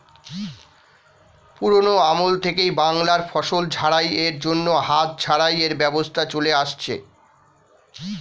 পুরোনো আমল থেকেই বাংলায় ফসল ঝাড়াই এর জন্য হাত ঝাড়াই এর ব্যবস্থা চলে আসছে